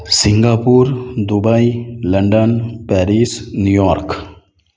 Singapore Dubai London Paris New York